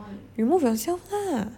remove yourself lah